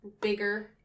bigger